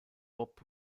bob